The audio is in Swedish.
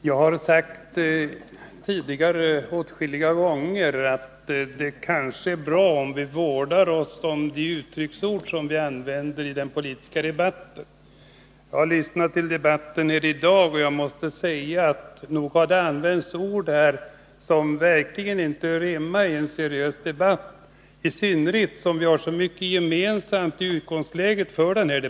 Herr talman! Jag har åtskilliga gånger tidigare sagt att det vore bra om vi tänkte oss för när vi använder olika uttryck i den politiska debatten. Efter att ha lyssnat till dagens debatt måste jag konstatera att det har använts ord som verkligen inte hör hemmaii en seriös debatt som denna, i synnerhet som vi har så mycket gemensamt i utgångsläget för den.